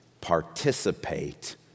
participate